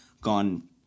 gone